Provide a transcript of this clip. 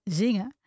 zingen